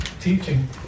teaching